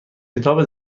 کتاب